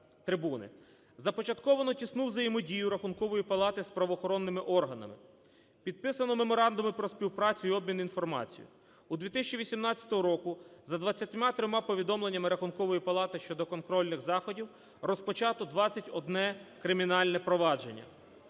трибуни: започатковано тісну взаємодію Рахункової плати з правоохоронними органами, підписано меморандуми про співпрацю і обмін інформацією. У 2018 році за 23 повідомленнями Рахункової плати щодо контрольних заходів розпочато 21 кримінальне провадження.